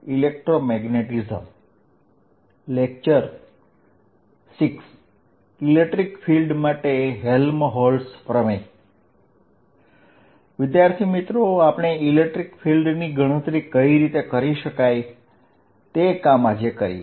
electric field માટે Helmholtz theorem આપણે electric ફિલ્ડની ગણતરી કઈ રીતે કરી શકાય તે કામ કરીએ